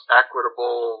equitable